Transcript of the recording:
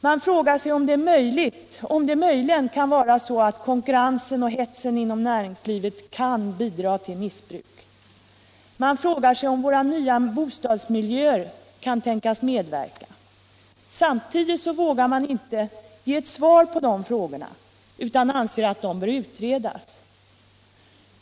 Man frågar sig om det möjligen kan vara så att konkurrensen och hetsen inom näringslivet kan bidra till missbruk, man frågar sig om våra nya bostadsmiljöer kan medverka. Samtidigt vågar man inte ge ett svar på dessa frågor utan anser att de bör utredas.